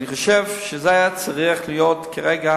אני חושב שזה היה צריך להיות כרגע,